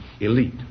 elite